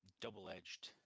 double-edged